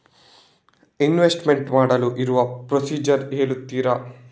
Investment ಮಾಡಲು ಇರುವ procedure ಹೇಳ್ತೀರಾ?